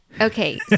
Okay